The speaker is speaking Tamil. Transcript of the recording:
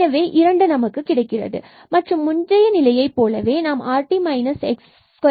எனவே இரண்டு நமக்கு கிடைக்கிறது மற்றும் முந்தைய நிலையை போலவே நாம் rt s2ஐ கண்டிருக்கிறோம்